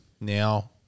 now